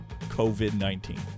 COVID-19